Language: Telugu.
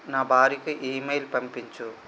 నా భార్యకు ఇమెయిల్ పంపించు